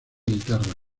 guitarra